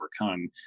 overcome